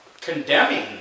Condemning